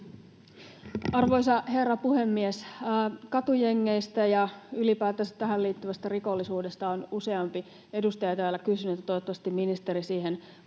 Arvoisa herra puhemies! Katujengeistä ja ylipäätänsä tähän liittyvästä rikollisuudesta on useampi edustaja täällä kysynyt, ja toivottavasti ministeri siihen